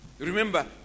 Remember